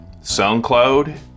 SoundCloud